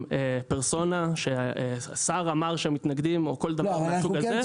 פרסונה שהשר אמר שמתנגדים או כל דבר כזה,